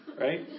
right